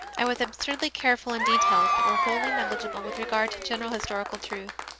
i was absurdly careful in details that were wholly negligible with regard to general historical truth.